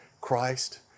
Christ